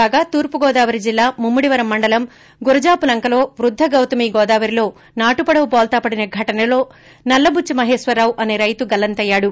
కాగా తూర్పుగోదావరి జిల్లాలో ముమ్మ డివరం మండలం గురజాపులంకలో వ్వద్ద గౌతమి గోదావరిలో నాటుపడవ బోల్తాపడిన ఘటనలో నల్లబుచ్చి మహేశ్వరరావు అనే రైతు గల్లంతయ్యాడు